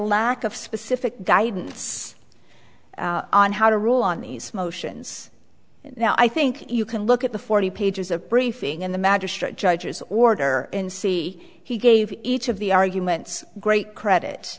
lack of specific guidance on how to rule on these motions now i think you can look at the forty pages of briefing in the magistrate judge's order and see he gave each of the arguments great credit